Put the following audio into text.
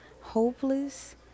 hopeless